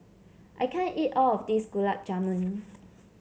I can't eat all of this Gulab Jamun